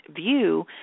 view